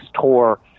tour